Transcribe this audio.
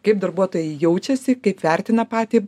kaip darbuotojai jaučiasi kaip vertina patį